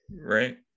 Right